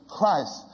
Christ